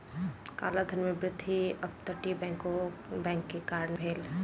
काला धन में वृद्धि अप तटीय बैंक के कारणें भेल